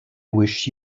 wish